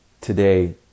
today